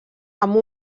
amb